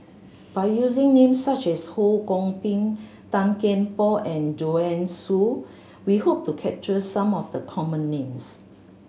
by using names such as Ho Kwon Ping Tan Kian Por and Joanne Soo we hope to capture some of the common names